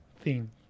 Theme